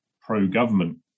pro-government